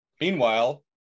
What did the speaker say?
Meanwhile